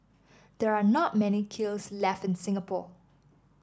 there are not many kilns left in Singapore